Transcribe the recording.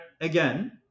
again